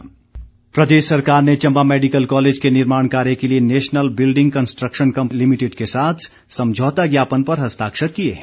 समझौता ज्ञापन प्रदेश सरकार ने चंबा मैडिकल कॉलेज के निर्माण कार्य के लिए national building construction company limited के साथ समझौता ज्ञापन पर हस्ताक्षर किए हैं